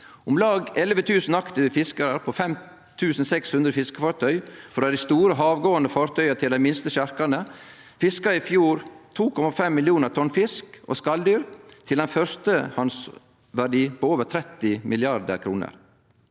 Om lag 11 000 aktive fiskarar på 5 600 fiskefartøy, frå dei store havgåande fartøya til dei minste sjarkane, fiska i fjor 2,5 millionar tonn fisk og skaldyr, til ein førstehandsverdi på over 30 mrd. kr.